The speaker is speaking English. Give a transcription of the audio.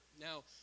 Now